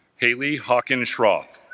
hayley hawkins swroth